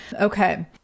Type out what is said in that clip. Okay